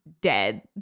dead